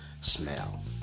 smell